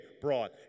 brought